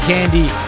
Candy